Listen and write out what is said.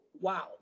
wow